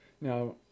Now